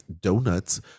donuts